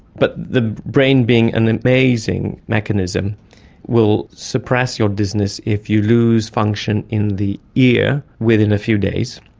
but the brain being an amazing mechanism will suppress your dizziness if you lose function in the ear within a few days,